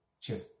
Cheers